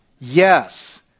Yes